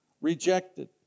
rejected